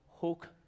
hook